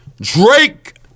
Drake